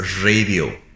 radio